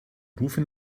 rufe